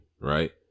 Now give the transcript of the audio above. right